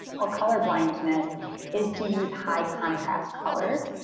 or color blindness is to use high contrast colors,